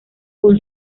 con